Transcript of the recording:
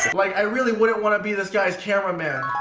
like i really wouldn't want to be this guy's camera man